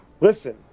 listen